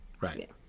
right